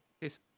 Peace